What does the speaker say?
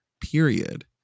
period